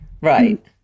Right